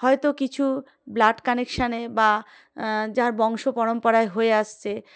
হয়তো কিছু ব্লাড কানেকশানে বা যার বংশ পরম্পরায় হয়ে আসছে